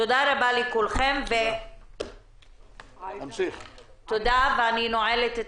תודה רבה לכולם, הישיבה נעולה.